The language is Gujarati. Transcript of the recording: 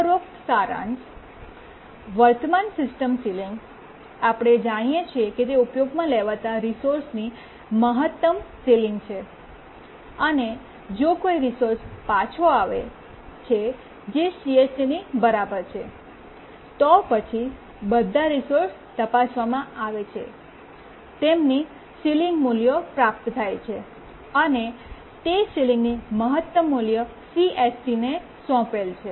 ઉપરોક્ત સારાંશ વર્તમાન સિસ્ટમ સીલીંગ આપણે જાણીએ છીએ કે તે ઉપયોગમાં લેવાતા રિસોર્સની મહત્તમ સીલીંગ છે અને જો કોઈ રિસોર્સ પાછો આવે છે જે CSCની બરાબર છે તો પછી બધા રિસોર્સ તપાસવામાં આવે છે તેમની સીલીંગ મૂલ્યો પ્રાપ્ત થાય છે અને તે સીલીંગની મહત્તમ મૂલ્ય CSCને સોંપેલ છે